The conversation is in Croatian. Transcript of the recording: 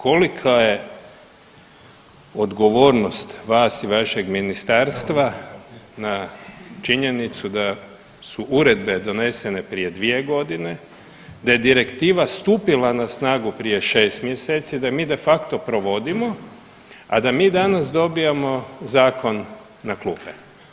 Kolika je odgovornost vas i vašeg ministarstva na činjenicu da su uredbe donesene prije 2 godine, da je Direktiva stupila na snagu prije 6 mjeseci, da je mi de facto provodimo, a da mi danas dobijamo zakon na klupe?